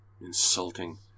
insulting